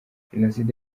jenoside